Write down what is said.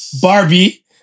Barbie